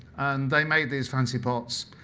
and they made these fancy pots.